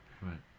Right